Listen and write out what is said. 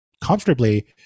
comfortably